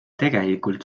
tegelikult